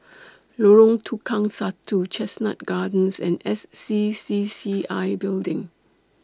Lorong Tukang Satu Chestnut Gardens and S C C C I Building